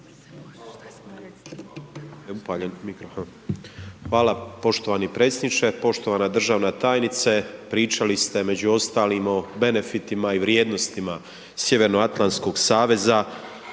Hvala poštovani predsjedniče. Poštovana državna tajnice, pričali ste među ostalim o benefitima i vrijednostima Sjevernoatlantskog saveza,